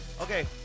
Okay